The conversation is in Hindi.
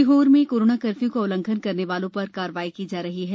सीहोर में कोरोना कर्फ्य् का उल्लंघन करने वालों र कार्रवाई की जा रही है